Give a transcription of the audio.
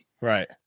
Right